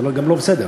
זה גם לא בסדר.